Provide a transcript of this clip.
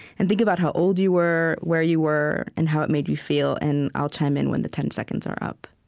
and think about how old you were, where you were, and how it made you feel. and i'll chime in when the ten seconds are up